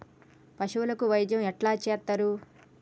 పశువులకు వైద్యం ఎట్లా చేత్తరు?